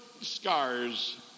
scars